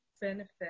benefit